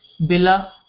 Bila